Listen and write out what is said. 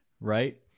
Right